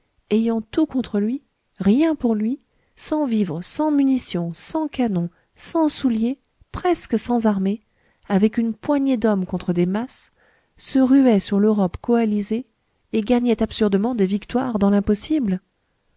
ayant tout contre lui rien pour lui sans vivres sans munitions sans canons sans souliers presque sans armée avec une poignée d'hommes contre des masses se ruait sur l'europe coalisée et gagnait absurdement des victoires dans l'impossible